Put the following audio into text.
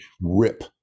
rip